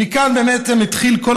ומכאן באמת התחיל כל